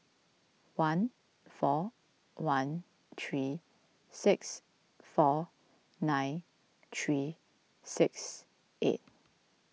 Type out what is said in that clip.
one four one three six four nine three six eight